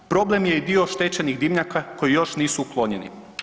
Problem je i dio oštećenih dimnjaka koji još nisu uklonjeni.